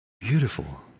beautiful